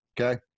Okay